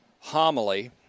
homily